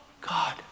God